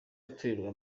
atorerwa